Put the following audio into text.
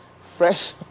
fresh